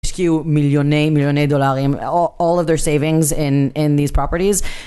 השקיעו מיליוני מיליוני דולרים